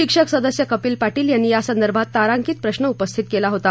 शिक्षक सदस्य कपिल पाटील यांनी यासंदर्भात तारांकित प्रश्र उपस्थित केला होता